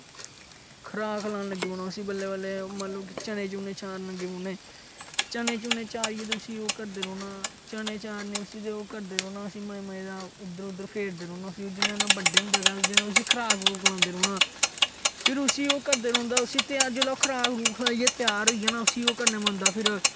खराक खलान लगी पौना उसी बल्ले बल्ले मतलब कि चने चोने देन लगी पोना चने चोने देइयै ते उसी ओह् करदे रौहना चना चारने उसी ते ओह् करदे रौहना मजे मजे दा उद्धर उद्धर फेरदे रौहना उसी जिया जियां बड्डे होंदे गेआ ते उसी खराक खलांदे रौहना फिर उसी ओह् करदे रौहना जिसले ओह् खराक खलाइयै त्यार होई जाए ना उसी ओह् करना पौंदा फिर